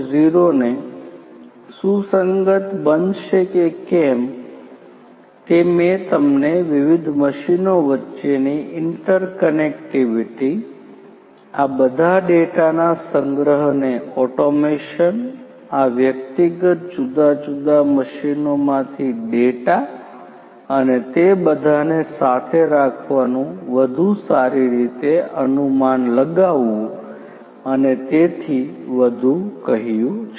0 ને સુસંગત બનશે કે મેં તમને વિવિધ મશીનો વચ્ચેની ઇન્ટરકનેક્ટિવિટી આ બધા ડેટાના સંગ્રહને ઓટોમેશન આ વ્યક્તિગત જુદા જુદા મશીનોમાંથી ડેટા અને તે બધાને સાથે રાખવાનું વધુ સારી રીતે અનુમાન લગાવવું અને તેથી વધુ કહ્યું છે